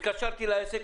התקשרתי לעסק,